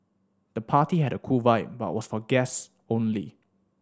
the party had a cool vibe but was for guests only